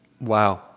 wow